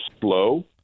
slow